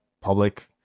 public